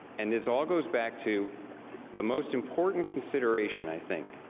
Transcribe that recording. and this all goes back to the most important consideration i think,